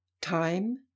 Time